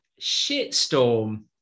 shitstorm